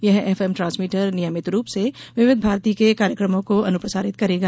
यह FM transmitter नियमित रूप से विविध भारती के कार्यक्रमों को अनुप्रसारित करेगा